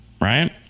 Right